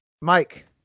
mike